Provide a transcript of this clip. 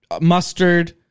mustard